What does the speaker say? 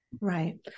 Right